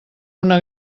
una